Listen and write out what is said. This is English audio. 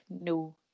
no